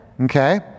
okay